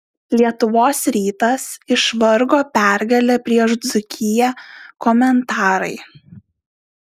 lietuvos rytas išvargo pergalę prieš dzūkiją komentarai